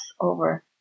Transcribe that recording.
over